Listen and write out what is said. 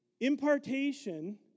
Impartation